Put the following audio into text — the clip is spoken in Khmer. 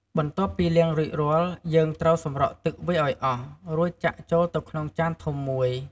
បន្ទាប់ពីលាងរួចរាល់ យើងត្រូវសម្រក់ទឹកវាឱ្យអស់ រួចចាក់ចូលទៅក្នុងចានធំមួយ។